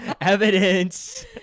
evidence